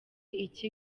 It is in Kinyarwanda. iki